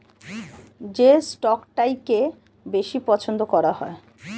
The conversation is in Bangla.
যে স্টকটাকে বেশি পছন্দ করা হয়